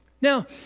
Now